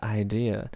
idea